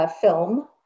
film